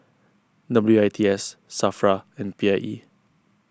W I T S Safra and P I E